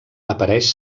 apareix